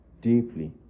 deeply